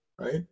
right